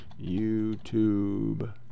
YouTube